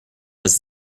was